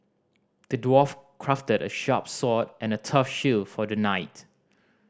the dwarf crafted a sharp sword and a tough shield for the knight